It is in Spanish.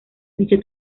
dicha